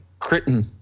Critton